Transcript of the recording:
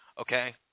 Okay